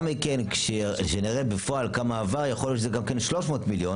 מכן כשנראה בפועל כמה עבר יכול להיות שזה גם יהיה 300 מיליון